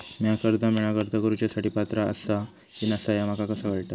म्या कर्जा मेळाक अर्ज करुच्या साठी पात्र आसा की नसा ह्या माका कसा कळतल?